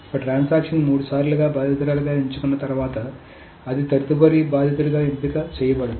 ఒక ట్రాన్సాక్షన్ ని మూడుసార్లు బాధితురాలిగా ఎంచుకున్న తర్వాత అది తదుపరిసారి బాధితుడిగా ఎంపిక చేయబడదు